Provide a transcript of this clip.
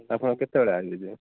ଆପଣ କେତେବେଳେ ଆସିଲେ ଯେ